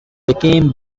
became